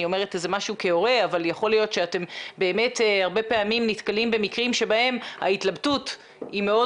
יכול להיות שאתם באמת הרבה פעמים נתקלים במקרים שבהם ההתלבטות היא מאוד